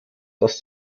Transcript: dass